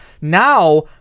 Now